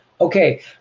Okay